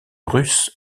russe